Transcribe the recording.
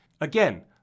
Again